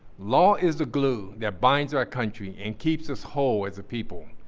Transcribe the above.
law is the glue that binds our country and keeps us whole as a people.